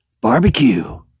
Barbecue